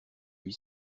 lui